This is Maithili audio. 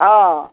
हँ